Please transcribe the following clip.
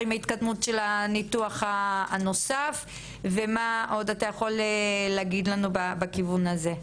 עם ההתקדמות של הניתוח הנוסף ומה עוד אתה יכול להגיד לנו בכיוון הזה.